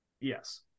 Yes